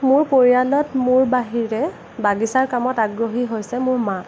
মোৰ পৰিয়ালত মোৰ বাহিৰে বাগিচাৰ কামত আগ্ৰহী হৈছে মোৰ মা